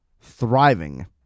thriving